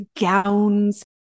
gowns